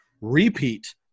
repeat